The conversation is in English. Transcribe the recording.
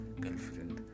Girlfriend